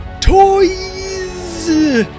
Toys